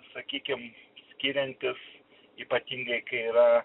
sakykim skiriantis ypatingai kai yra